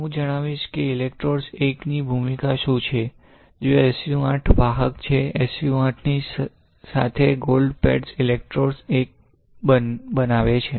હું જણાવીશ કે ઇલેક્ટ્રોડ 1 ની ભૂમિકા શું છે જો SU 8 વાહક છે SU 8 ની સાથે ગોલ્ડ પેડ્સ ઇલેક્ટ્રોડ 1 બનાવે છે